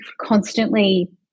constantly